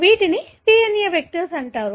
వీటిని DNA vectors అంటారు